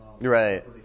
Right